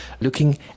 looking